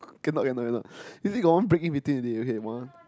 cannot cannot cannot you see got one break in between already okay one